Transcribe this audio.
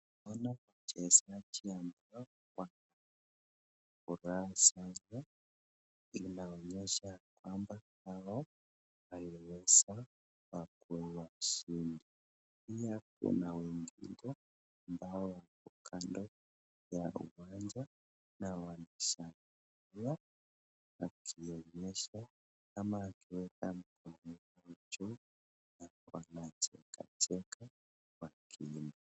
Naona wachezaji ambao wamevaa sare inaonesha kwamba waliweza wakue washindi. Pia kuna wengine ambao wako kando ya uwanja na wanashangilia, wakionyesha ama wakiweka mikono juu alafu wanacheka cheka wakiimba.